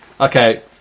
Okay